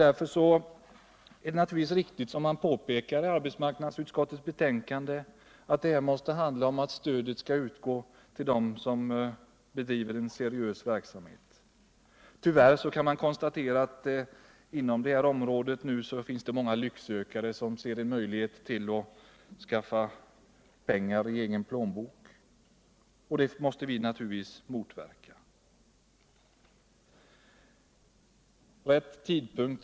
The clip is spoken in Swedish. Därför är det naturligtvis riktigt, som det påpekas i arbetsmarknadsutskottets betänkande, att stödet måste utgå till dem som bedriver en seriös verksamhet. Tyvärr kan man konstatera att det inom det här området finns många Iycksökare som ser en möjlighet att skaffa pengar i egen plånbok. Det måste vi naturligtvis motverka. Rätt tidpunkt.